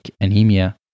anemia